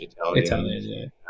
Italian